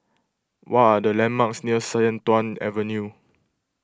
what are the landmarks near Sian Tuan Avenue